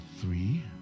three